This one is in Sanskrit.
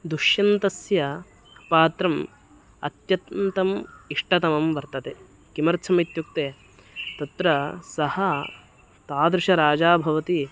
दुष्यन्तस्य पात्रम् अत्यन्तम् इष्टतमं वर्तते किमर्थमित्युक्ते तत्र सः तादृशराजा भवति